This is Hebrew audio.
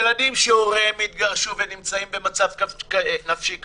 ילדים שהוריהם התגרשו ונמצאים במצב נפשי קשה,